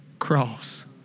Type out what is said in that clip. cross